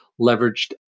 leveraged